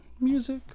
music